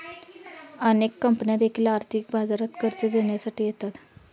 अनेक कंपन्या देखील आर्थिक बाजारात कर्ज देण्यासाठी येतात